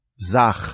Zach